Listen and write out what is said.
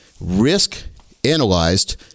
risk-analyzed